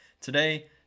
Today